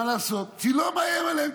מה לעשות, צילו מאיים עליהם.